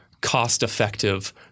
cost-effective